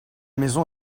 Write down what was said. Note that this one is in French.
maison